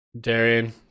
Darian